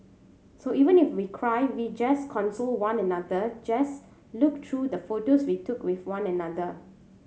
so even if we cry we just console one another just look through the photos we took with one another